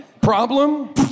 Problem